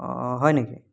অঁ হয় নেকি